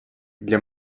для